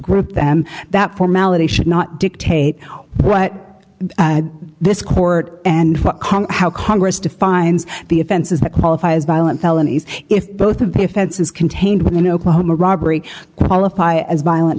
group them that formality should not dictate what this court and how congress defines the offenses that qualify as violent felonies if both of the offense is contained within oklahoma robbery qualify as violent